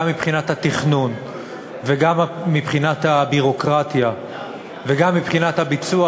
גם מבחינת התכנון וגם מבחינת הביורוקרטיה וגם מבחינת הביצוע,